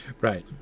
Right